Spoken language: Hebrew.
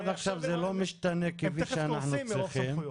עד עכשיו זה לא משתנה כפי שאנחנו צריכים,